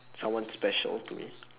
someone special to me